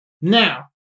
Now